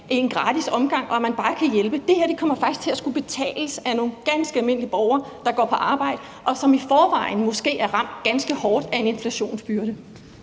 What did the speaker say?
er en gratis omgang og man bare kan hjælpe. Det her kommer faktisk til at skulle betales af nogle ganske almindelige borgere, der går på arbejde, og som i forvejen måske er ramt ganske hårdt af en inflationsbyrde.